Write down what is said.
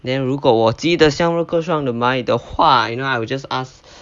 then 如果我记得 you know I will just ask